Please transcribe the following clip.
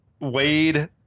Wade